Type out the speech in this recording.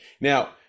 Now